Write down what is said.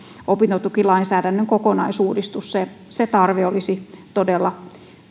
opintotukilainsäädännön kokonaisuudistus se se tarve olisi todella